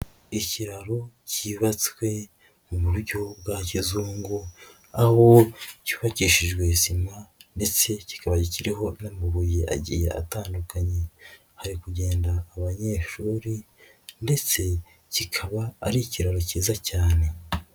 Ikiraro cyubatswe mu buryo bwa kizungu aho cyubakishijwe sima ndetse kikaba kiriho n'amabuye agiye atandukanye, hari kugenda abanyeshuri ndetse kikaba ari ikiraro kiza cyane.